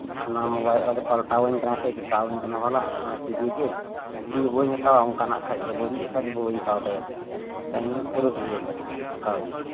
ᱚᱱᱟ ᱢᱳᱵᱟᱭᱤᱞ ᱟᱫᱚᱭ ᱯᱟᱞᱴᱟᱣ ᱟᱹᱧ ᱠᱟᱱᱟ ᱥᱮᱭ ᱪᱮᱠᱟ ᱟᱹᱧ ᱠᱟᱱᱟ ᱚᱱᱟ ᱴᱤᱵᱷᱤᱜᱮ ᱤᱧᱫᱚ ᱵᱟᱹᱧ ᱦᱟᱛᱟᱣᱟ ᱚᱱᱠᱟᱱᱟᱜ ᱠᱷᱟ ᱫᱚ ᱵᱟᱹᱲᱤᱡ ᱟᱜ ᱠᱷᱟᱱ ᱫᱚ ᱵᱟᱹᱧ ᱦᱟᱛᱟᱣ ᱛᱟᱭᱟ ᱢᱮᱛᱟᱭᱟᱹᱧ ᱯᱷᱮᱨᱚᱛ ᱞᱤᱭᱮ ᱞᱮ ᱚᱱᱠᱟᱣᱟᱹᱭᱟᱹᱧ